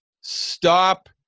stop